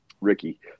Ricky